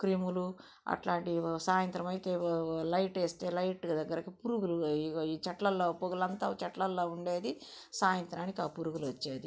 క్రిములు అట్లాంటివి సాయంతరం అయితే లైట్ వేస్తే లైట్ దగ్గరకి పురుగులు అయ్యి చెట్లల్లో పగలంతా చెట్లల్లో ఉండేది సాయంత్రానికి ఆ పురుగులు వచ్చేది